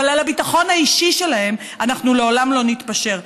אבל על הביטחון האישי שלהם אנחנו לעולם לא נתפשר.